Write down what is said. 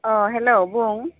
अ हेल' बुं